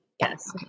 Yes